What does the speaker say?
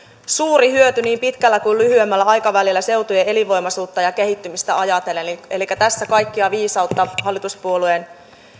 suuri hyöty niin pitkällä kuin lyhyemmällä aikavälillä seutujen elinvoimaisuutta ja kehittymistä ajatellen elikkä tässä kaikkea viisautta hallituspuolueiden